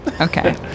Okay